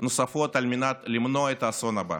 נוספות על מנת למנוע את האסון הבא.